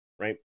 right